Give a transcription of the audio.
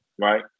right